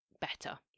better